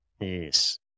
Yes